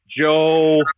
Joe